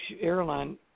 airline